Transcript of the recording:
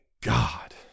God